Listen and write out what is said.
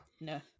no